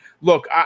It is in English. Look